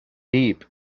deep